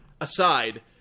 aside